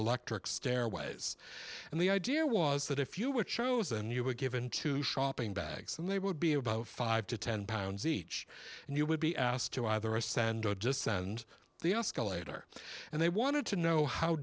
electric stairways and the idea was that if you were chosen you were given to shopping bags and they would be about five to ten pounds each and you would be asked to either a sandow just send the oscar later and they wanted to know how